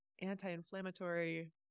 anti-inflammatory